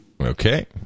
Okay